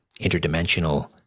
interdimensional